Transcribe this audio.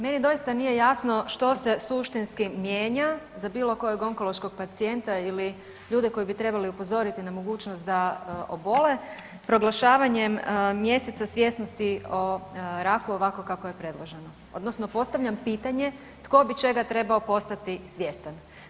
Meni doista nije jasno što se suštinski mijenja za bilo kojeg onkološkog pacijenta ili ljude koje bi trebali upozoriti na mogućnost da obole proglašavanjem mjeseca svjesnosti o raku ovako kako je predloženo, odnosno postavljam pitanje tko bi čega trebao postati svjestan.